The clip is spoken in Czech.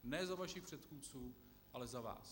Ne za vašich předchůdců, ale za vás.